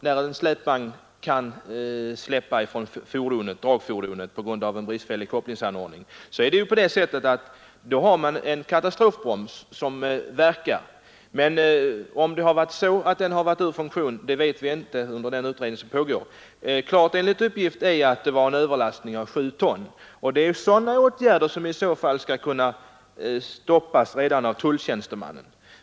När en släpvagn kan släppa från dragfordonet på grund av bristfällig kopplingsanordning har de svenska lastfordonen en katastrofbroms som verkar. Om den i detta fall varit ur funktion har utredningen ännu inte kunnat klarlägga. Enligt uppgift är det emellertid klart att det var fråga om en överlast på 7 ton. Sådana förhållanden skulle möjligen kunna upptäckas redan av tulltjänstemannen.